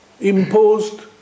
imposed